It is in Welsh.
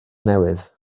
newydd